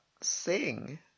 sing